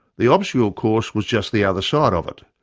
the obstacle course was just the other side of it,